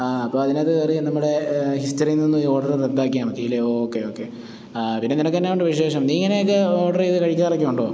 ആ അപ്പം അതിനകത്ത് കയറി നമ്മുടെ ഹിസ്റ്ററിയിൽ നിന്ന് ഒന്ന് ഈ ഓർഡറ് റദ്ദാക്കിയാൽ മതി അല്ലേ ഓക്കേ ഓക്കേ ആ പിന്നെ നിനക്ക് എന്നാ ഉണ്ട് വിശേഷം നീ ഇങ്ങനെയൊക്കെ ഓർഡർ ചെയ്തു കഴിക്കാറൊക്കെ ഉണ്ടോ